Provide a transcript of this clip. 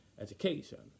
Education